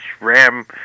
Ram